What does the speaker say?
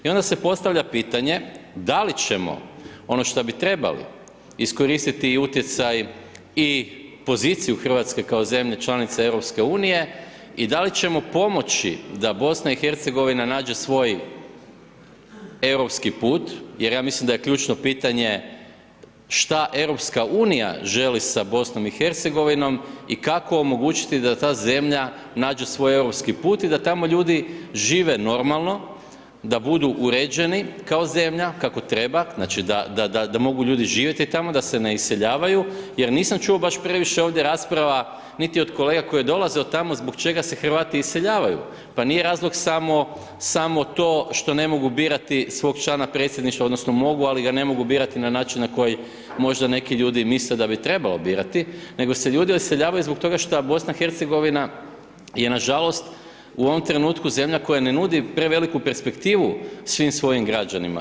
I onda se postavlja pitanje, da li ćemo ono što bi trebali iskoristi i utjecaj i poziciju Hrvatske kao zemlje članice EU i da li ćemo pomoći da BiH nađe svoj europski put, jer ja mislim da je ključno pitanje šta EU želi sa BiH i kako omogućiti da ta zemlja nađe svoj europski put i da tamo ljudi žive normalno, da budu uređeni kao zemlja kako treba, znači da mogu ljudi živjeti tamo, da se ne iseljavaju, jer nisam čuo baš previše ovdje rasprava niti od kolega koji dolaze od tamo zbog čega se Hrvati iseljavaju, pa nije razlog samo, samo to što ne mogu birati svog člana predsjedništva, odnosno mogu ali ga ne mogu birati na način na koji možda misle da bi trebalo birati, nego se ljudi iseljavaju zbog toga šta BiH je nažalost u ovom trenutku koja ne nudi preveliku perspektivu svim svojim građanima.